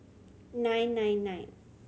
nine nine nine